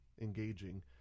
engaging